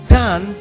done